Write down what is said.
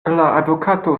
advokato